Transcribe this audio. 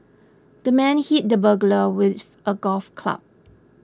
the man hit the burglar with a golf club